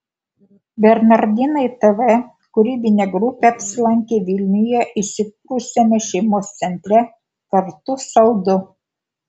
bernardinai tv kūrybinė grupė apsilankė vilniuje įsikūrusiame šeimos centre kartu saldu